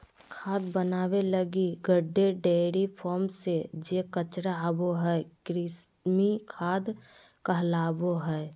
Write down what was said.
खाद बनाबे लगी गड्डे, डेयरी फार्म से जे कचरा आबो हइ, कृमि खाद कहलाबो हइ